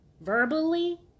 verbally